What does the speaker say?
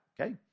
okay